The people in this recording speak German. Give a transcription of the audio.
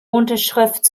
unterschrift